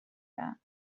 that